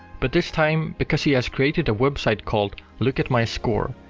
but this time because he has created a website called lookatmyscore,